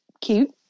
cute